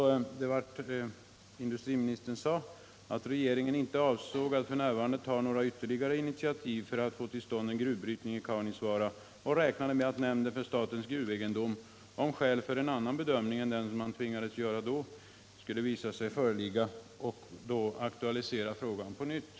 Industriministern sade då att regeringen inte avsåg att f. n. ta Tisdagen den några ytterligare initiativ för att få till stånd en gruvbrytning i Kau 22 november 1977 nisvaara. Man räknade med att nämnden för statens gruvegendom, om skäl för en annan bedömning skulle visa sig föreligga, skulle aktualisera — Om fortsatt frågan på nytt.